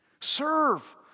Serve